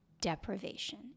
deprivation